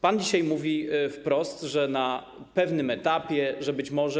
Pan dzisiaj mówi wprost, że na pewnym etapie, że być może.